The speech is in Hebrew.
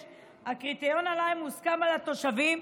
96". הקריטריון הנ"ל מוסכם על התושבים,